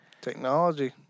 Technology